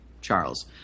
Charles